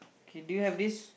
okay do you have this